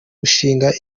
gushinga